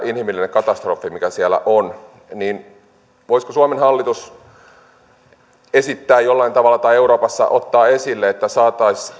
inhimillinen katastrofi mikä siellä on saataisiin jotenkin loppumaan niin voisiko suomen hallitus esittää jollain tavalla tai euroopassa ottaa esille että saataisiin